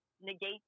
negate